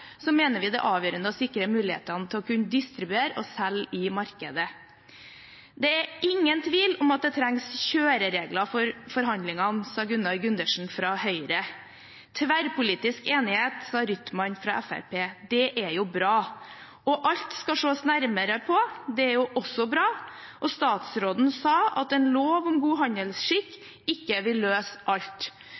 mener vi det er avgjørende å sikre mulighetene til å kunne distribuere og selge i markedet. Det er ingen tvil om at det trengs noen kjøreregler for forhandlingene, sa Gunnar Gundersen fra Høyre. Tverrpolitisk enighet, sa Rytman fra Fremskrittspartiet. Det er jo bra. Alt skal ses nærmere på – det er jo også bra – og statsråden sa at en lov om god handelsskikk ikke vil løse alt,